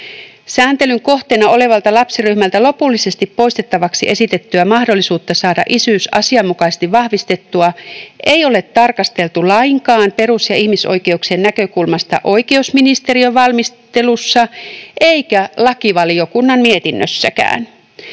Sääntelyn kohteena olevalta lapsiryhmältä lopullisesti poistettavaksi esitettyä mahdollisuutta saada isyys asianmukaisesti vahvistettua ei ole tarkasteltu lainkaan perus- ja ihmisoikeuksien näkökulmasta oikeusministeriön valmistelussa eikä lakivaliokunnan mietinnössäkään.